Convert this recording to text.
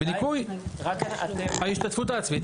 בניכוי ההשתתפות העצמית,